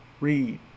Read